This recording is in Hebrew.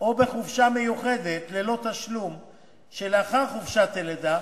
או בחופשה מיוחדת ללא תשלום שלאחר חופשת הלידה,